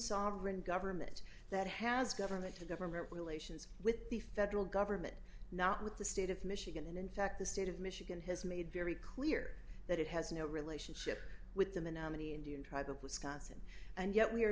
sovereign government that has government to government relations with the federal government not with the state of michigan and in fact the state of michigan has made very clear that it has no relationship with them in a many indian tribe of wisconsin and yet we're